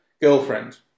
girlfriend